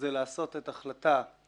זה לעשות את החלטה שנקראת